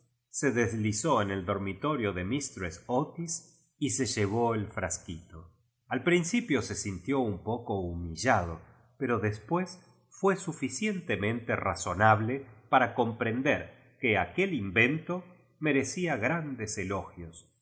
se deslizó en el dormitorio de mistrcss gtis y se llevó el frsquito al principio se sintió un poco humillado pero después fué suficientemente razonable para comprender que aqud invento merecía grandes elogios y